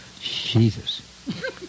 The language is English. Jesus